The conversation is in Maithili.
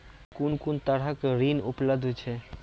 कून कून तरहक ऋण उपलब्ध छै?